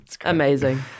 amazing